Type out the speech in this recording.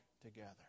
together